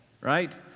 right